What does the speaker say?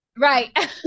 Right